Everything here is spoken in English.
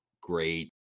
great